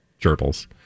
gerbils